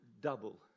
double